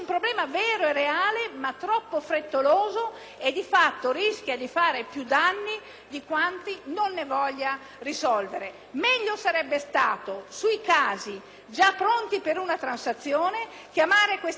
di quanti non ne voglia risolvere. Meglio sarebbe stato sui casi già pronti per una transazione chiamare questi casi per nome e cognome e dire che per questi si avviava quella procedura.